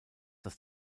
dass